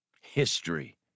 History